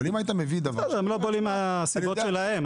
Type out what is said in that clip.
הם לא בולעים מהסיבות שלהם,